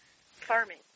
Farming